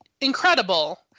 incredible